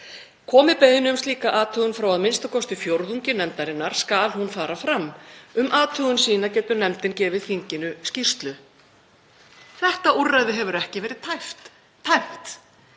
Komi beiðni um slíka athugun frá a.m.k. fjórðungi nefndarmanna skal hún fara fram. Um athugun sína getur nefndin gefið þinginu skýrslu.“ Þetta úrræði hefur ekki verið tæmt og